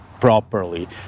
properly